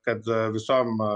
kad visom